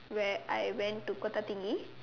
where I went to Kota-Tinggi